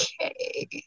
okay